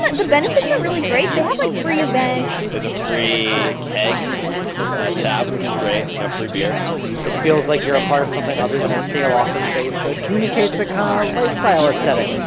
the benefits are really great. they have, like, free events there's a free keg tap, which is great you know, free beer it feels like you're a part of something other than a stale office space, so it communicates a kind of lifestyle aesthetic